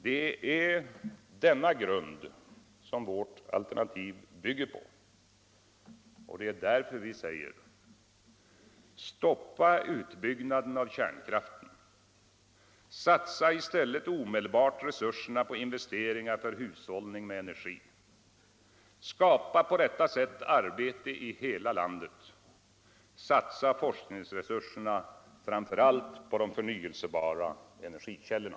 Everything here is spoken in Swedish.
Det är denna grund vårt alternativ bygger på. Det är därför vi säger: Satsa i stället omedelbart resurserna på investeringar för hushållning med energi! Skapa på detta sätt arbete i hela landet. Satsa forskningsresurserna framför allt på de förnyelsebara energikällorna!